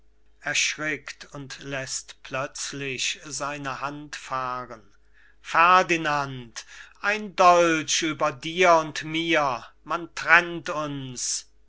fahren ferdinand ein dolch über dir und mir man trennt uns